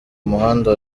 muhanda